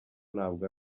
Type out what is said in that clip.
ntabwo